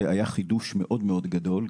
זה היה חידוש מאוד-מאוד גדול,